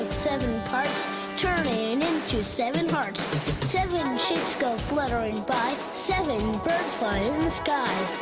seven parts turning into seven hearts seven shapes go fluttering by seven birds flying in the sky